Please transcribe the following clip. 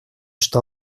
что